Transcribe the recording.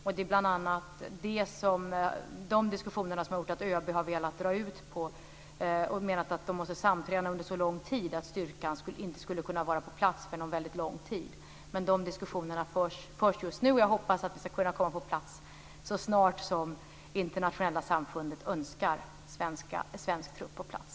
Det är bl.a. de diskussionerna som har gjort att ÖB har velat dra ut på det. Man har menat att de måste samtränas under en så lång tid att styrkan inte skulle kunna vara på plats förrän om en väldigt lång tid. De här diskussionerna förs just nu, och jag hoppas att vi skall kunna komma på plats så snart som det internationella samfundet önskar ha en svensk trupp på plats.